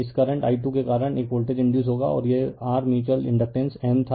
इस current i 2 के कारण एक वोल्टेज इंडयुस होगा और यह r म्यूच्यूअल इंडकटेंस M था